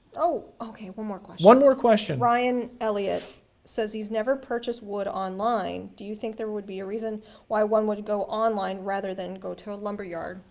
oh, okay, one more question. one more question. ryan elliott says he's never purchased wood online. do you think there would be a reason why one would go online rather than go to a lumber yard?